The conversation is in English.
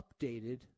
updated